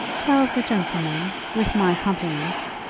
tell the gentleman, with my compliments,